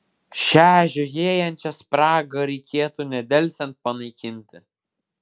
šią žiojėjančią spragą reikėtų nedelsiant panaikinti